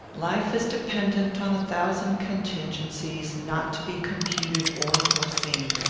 life is dependent on a thousand contingencies, not to be computed or foreseen.